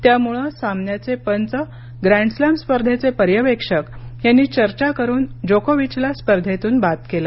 त्यामुळे सामन्याचे पंच ग्रँड स्लॅम स्पर्धेचे पर्यवेक्षक यांनी चर्चा करुन जोकोविचला स्पर्धेतून बाद केलं